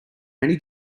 many